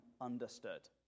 understood